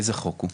איזה חוק הוא?